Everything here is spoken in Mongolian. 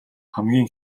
хамгийн